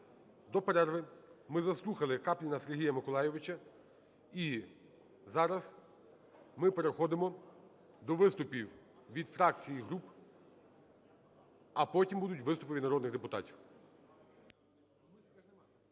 До перерви ми заслухали Капліна Сергія Миколайовича, і зараз ми переходимо до виступів від фракцій і груп, а потім будуть виступи від народних депутатів.